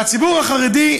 והציבור החרדי,